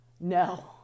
No